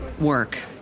work